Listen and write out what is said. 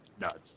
nuts